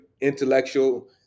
intellectual